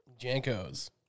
Jankos